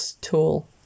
tool